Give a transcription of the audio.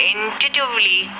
Intuitively